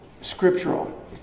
scriptural